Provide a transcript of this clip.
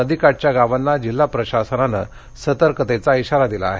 नदीकाठच्या गावांना जिल्हा प्रशासनानं सतर्कतेचा इशारा दिला आहे